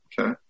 Okay